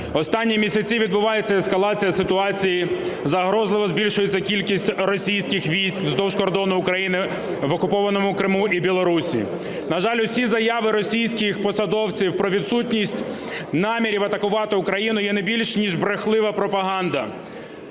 Останні місяці відбувається ескалація ситуації, загрозливо збільшується кількість російських військ вздовж кордону України в окупованому Криму і Білорусі. На жаль, всі заяви російських посадовців про відсутність намірів атакувати Україну є не більш ніж брехлива пропаганда,